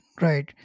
Right